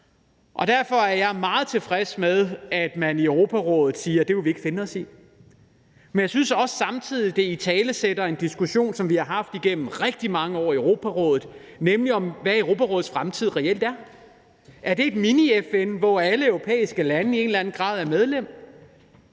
Derfor er jeg meget tilfreds med, at man i Europarådet siger: Det vil vi ikke finde os i. Men jeg synes også, at det samtidig italesætter noget, som vi har haft en diskussion om igennem rigtig mange år i Europarådet, nemlig hvad Europarådets fremtid reelt er. Er det et mini-FN, hvor alle europæiske lande i en eller anden grad er medlem,